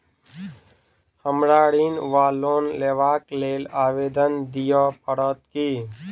हमरा ऋण वा लोन लेबाक लेल आवेदन दिय पड़त की?